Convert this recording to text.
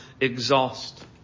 exhaust